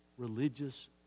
Religious